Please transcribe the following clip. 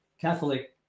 Catholic